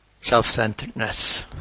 self-centeredness